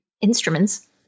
instruments